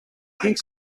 pink